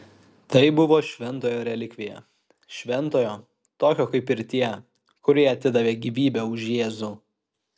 tai buvo šventojo relikvija šventojo tokio kaip ir tie kurie atidavė gyvybę už jėzų